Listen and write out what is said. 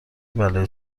بلایی